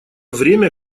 время